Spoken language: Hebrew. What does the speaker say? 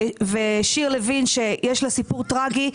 לשיר לוין יש סיפור טרגי,